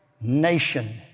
nation